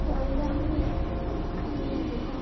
পয়লা মে মে দিবস